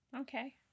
okay